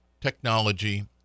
technology